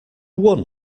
won